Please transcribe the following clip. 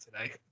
today